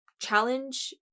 challenge